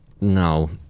no